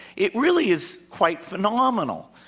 it really is quite phenomenal.